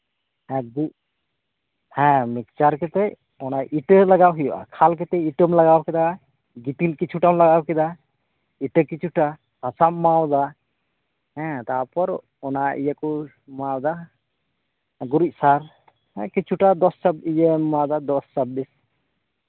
ᱮᱠ ᱫᱩᱭ ᱦᱮᱸ ᱢᱤᱠᱪᱟᱨ ᱠᱟᱛᱮᱫ ᱚᱱᱟ ᱤᱛᱟᱹ ᱞᱟᱜᱟᱣ ᱦᱩᱭᱩᱜᱼᱟ ᱚᱱᱟ ᱠᱷᱟᱞ ᱠᱟᱛᱮᱫ ᱤᱛᱟᱹᱢ ᱞᱟᱜᱟᱣ ᱠᱮᱫᱟ ᱜᱤᱛᱤᱞ ᱠᱤᱪᱷᱩᱴᱟᱢ ᱞᱟᱜᱟᱣ ᱠᱮᱫᱟ ᱤᱛᱟᱹ ᱠᱤᱪᱷᱩᱴᱟ ᱦᱟᱥᱟᱢ ᱮᱢᱟᱣᱟᱫᱟ ᱦᱮᱸ ᱛᱟᱨᱯᱚᱨ ᱚᱱᱟ ᱤᱭᱟᱹ ᱠᱚᱢ ᱮᱢᱟᱣᱟᱫᱟ ᱜᱩᱨᱤᱡ ᱥᱟᱨ ᱠᱤᱪᱷᱩᱴᱟ ᱫᱚᱥᱪᱷᱟᱵᱵᱤᱥ ᱤᱭᱟᱹᱢ ᱮᱢᱟᱣᱟᱫᱟ ᱫᱚᱥᱼᱪᱷᱟᱵᱵᱤᱥ